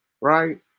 Right